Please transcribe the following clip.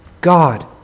God